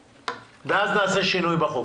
ואז נעשה שינוי בחוק.